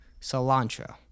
cilantro